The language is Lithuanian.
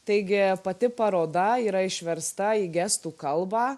taigi pati paroda yra išversta į gestų kalbą